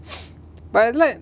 but at length